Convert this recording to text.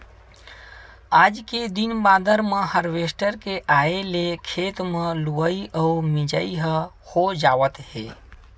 आज के दिन बादर म हारवेस्टर के आए ले खेते म लुवई अउ मिजई ह हो जावत हे